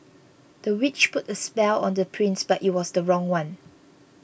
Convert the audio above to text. the witch put a spell on the prince but it was the wrong one